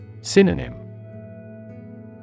Synonym